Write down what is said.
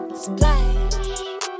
Splash